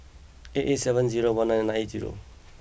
eight eight seven zero one nine eight zero